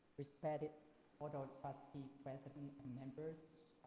respected board of trustee president and members,